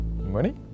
money